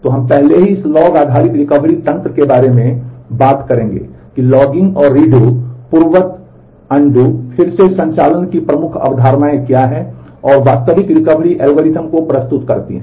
तो हम पहले इस लॉग आधारित रिकवरी तंत्र के बारे में बात करेंगे कि लॉगिंग और रीडो पूर्ववत फिर से संचालन की प्रमुख अवधारणाएं क्या हैं और वास्तविक रिकवरी एल्गोरिदम को प्रस्तुत करती हैं